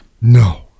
No